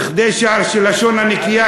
כדי שהלשון הנקייה,